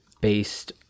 based